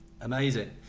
amazing